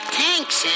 thanks